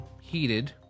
heated